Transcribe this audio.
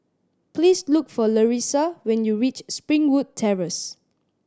please look for Larissa when you reach Springwood Terrace